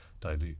dilute